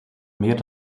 meer